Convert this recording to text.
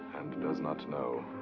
and does not know.